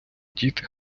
діти